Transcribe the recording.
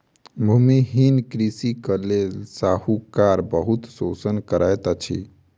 भूमिहीन कृषक के साहूकार बहुत शोषण करैत अछि